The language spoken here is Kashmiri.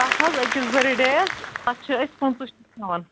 تَتھ حظ أکِس بٔرٕ ڈے یَس تَتھ چھِ أسۍ پٕنٛژٕ